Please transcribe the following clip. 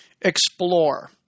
Explore